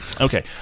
Okay